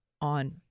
on